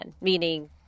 Meaning